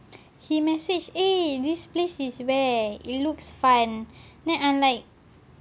he message eh this place is where it looks fun then I like